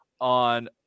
on